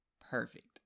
perfect